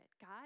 God